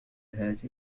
الهاتف